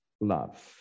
love